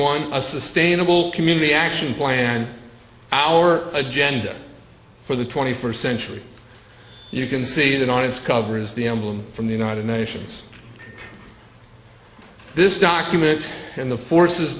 one a sustainable community action plan our agenda for the twenty first century you can see that on its cover is the emblem from the united nations this document and the forces